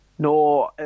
No